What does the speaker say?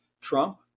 Trump